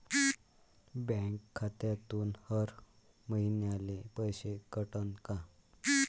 Bank खात्यातून हर महिन्याले पैसे कटन का?